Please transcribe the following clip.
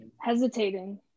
hesitating